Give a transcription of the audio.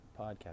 podcast